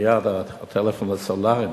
שמייד הטלפון הסלולרי,